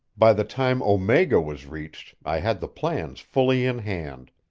by the time omega was reached i had the plans fully in hand.